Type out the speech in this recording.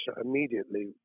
immediately